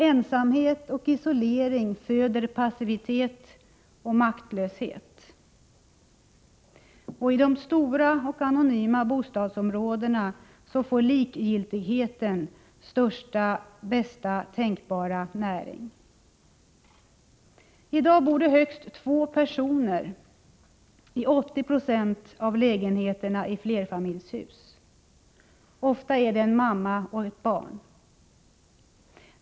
Ensamhet och isolering föder passivitet och maktlöshet. I de stora och anonyma bostadsområdena får likgiltigheten bästa tänkbara näring. I dag bor det högst två personer i 80 90 av lägenheterna i flerfamiljshus. Ofta är det en mamma och ett barn.